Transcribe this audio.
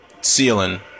ceiling